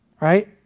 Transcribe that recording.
right